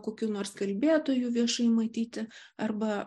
kokių nors kalbėtojų viešai matyti arba